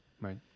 right